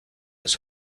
his